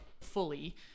fully